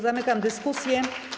Zamykam dyskusję.